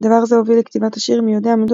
דבר זה הוביל לכתיבת השיר "מי יודע מדוע